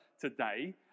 today